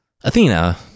athena